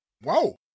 Whoa